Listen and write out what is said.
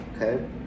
okay